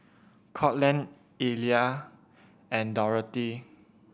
Courtland Illya and Dorathy